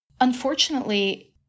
Unfortunately